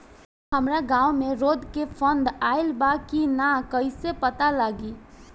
हमरा गांव मे रोड के फन्ड आइल बा कि ना कैसे पता लागि?